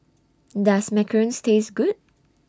Does Macarons Taste Good